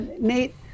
Nate